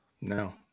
No